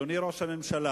אדוני ראש הממשלה,